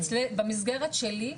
במסגרת שלי,